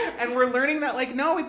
and we're learning that, like no,